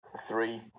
three